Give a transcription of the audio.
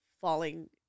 falling